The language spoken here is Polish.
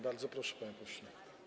Bardzo proszę, panie pośle.